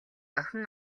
охин